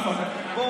אתה דיברת היום.